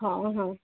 ହଉ ହଉ